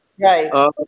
Right